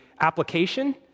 application